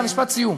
משפט סיום.